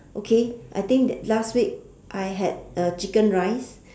okay I think the last week I had uh chicken rice